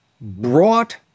brought